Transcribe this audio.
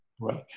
Right